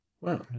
Wow